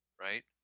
right